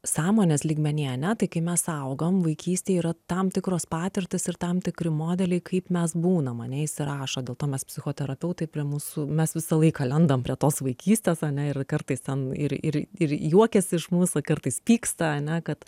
sąmonės lygmeny ane tai kai mes augam vaikystėj yra tam tikros patirtys ir tam tikri modeliai kaip mes būnam ane įsirašo dėl to mes psichoterapeutai prie mūsų mes visą laiką lendam prie tos vaikystės ane ir kartais ten ir ir ir juokiasi iš mūsų kartais pyksta ane kad